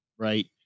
Right